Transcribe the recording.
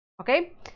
okay